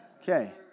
Okay